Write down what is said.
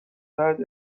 دهد